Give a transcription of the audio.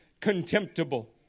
contemptible